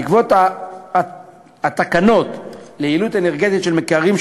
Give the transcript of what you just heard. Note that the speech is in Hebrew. בעקבות התקנות ליעילות אנרגטית של מקררים,